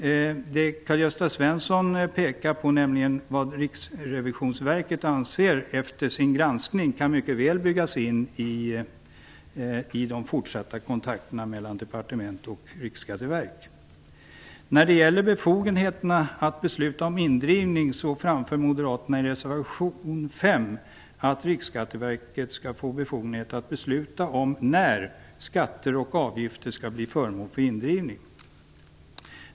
Det Karl-Gösta Svenson pekar på, nämligen vad Riksrevisionsverket anser efter sin granskning, kan mycket väl byggas in i de fortsatta kontakterna mellan departementet och Riksskatteverket. När det gäller befogenheten att besluta om indrivning framför Moderaterna i reservation nr. 5 att Riksskatteverket skall få befogenhet att besluta om när skatter och avgifter skall bli föremål för indrivning.